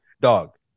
Dog